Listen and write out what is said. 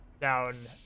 down